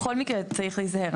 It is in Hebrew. בכל מקרה צריך להיזהר.